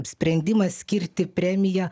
sprendimas skirti premiją